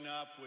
up